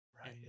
Right